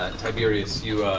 um tiberius, you